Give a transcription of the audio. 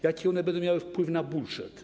Jaki będą miały wpływ na budżet?